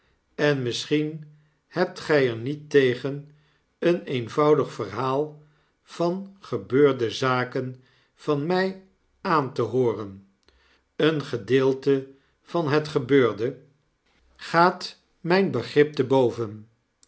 en misschien hebt gy er niet tegen een eenvoudig verhaal van gebeurde zaken van my aan te hooren een gedeelte van het gebeurde gaat juffrouw lirriper en hare commensalek myn begrip te boven